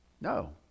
No